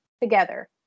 together